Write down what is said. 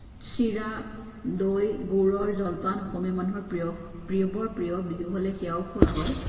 চিৰা দৈ গুড়ৰ জলপান অসমীয়া মানুহৰ প্ৰিয় বৰ প্ৰিয় বিহু হ'লে সেয়াও খোৱা হয়